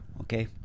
okay